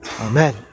Amen